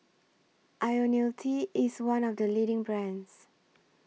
Ionil T IS one of The leading brands